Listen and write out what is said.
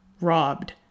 robbed